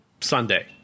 Sunday